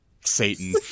Satan